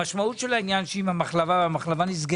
המשמעות של העניין היא שאם המחלבה נסגרת,